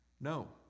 No